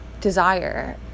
desire